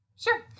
Sure